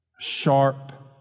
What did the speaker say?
Sharp